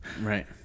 right